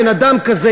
בן-אדם כזה,